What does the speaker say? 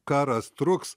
karas truks